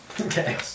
Okay